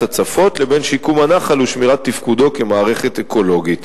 הצפות לבין שיקום הנחל ושמירת תפקודו כמערכת אקולוגית.